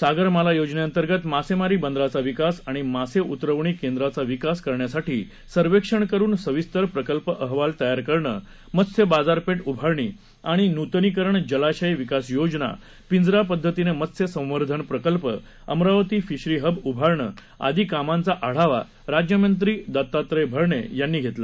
सागरमाला योजनेंतर्गत मासेमारी बंदराचा विकास आणि मासे उतरवणी केंद्राचा विकास करण्यासाठी सर्वेक्षण करुन सविस्तर प्रकल्प अहवाल तयार करणं मत्स्य बाजारपेठ उभारणी आणि नुतनीकरण जलाशय विकास योजना पिंजरा पद्धतीनं मत्स्य संवर्धन प्रकल्प अमरावती फिशरी हब उभारणे आदी कामांचा आढावा राज्यमंत्री दत्तात्रय भरणे यांनी घेतला